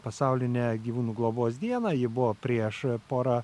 pasaulinę gyvūnų globos dieną ji buvo prieš porą